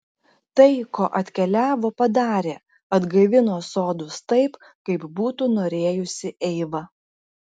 tai ko atkeliavo padarė atgaivino sodus taip kaip būtų norėjusi eiva